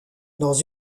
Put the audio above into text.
dans